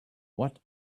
what